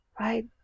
right